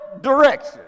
direction